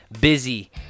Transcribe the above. busy